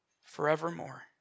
forevermore